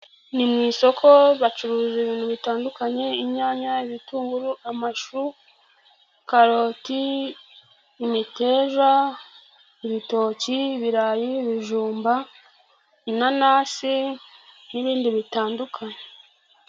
Ni mu isoko bacuruza ibintu bitandukanye: inyanya, ibitunguru, amashu, karoti, imiteja, ibitoki, ibirayi, ibijumba, inanasi n'ibindi bitandukanye.